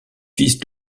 fils